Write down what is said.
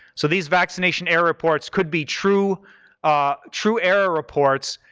so these vaccination error reports could be true ah true error reports,